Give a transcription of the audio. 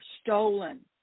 stolen